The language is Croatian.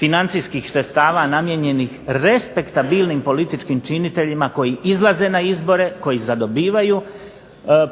financijskih sredstava namijenjenih respektabilnim političkim činiteljima koji izlaze na izbore, koji zadobivaju